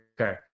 okay